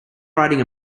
riding